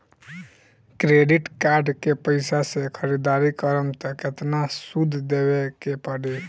Credit card के पैसा से ख़रीदारी करम त केतना सूद देवे के पड़ी?